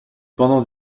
pendant